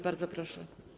Bardzo proszę.